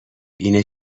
اینه